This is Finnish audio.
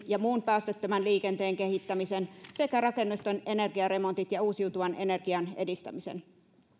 ja muun päästöttömän liikenteen kehittämisen sekä rakennusten energiaremontit ja uusiutuvan energian edistämisen